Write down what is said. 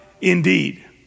indeed